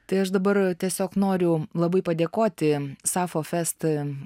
tai aš dabar tiesiog noriu labai padėkoti sapfo fest